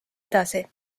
edasi